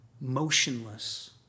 motionless